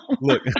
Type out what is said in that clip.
Look